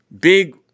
big